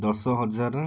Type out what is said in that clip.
ଦଶ ହଜାର